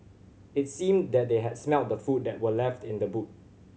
it seemed that they had smelt the food that were left in the boot